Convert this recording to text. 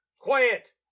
Quiet